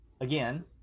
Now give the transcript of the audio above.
again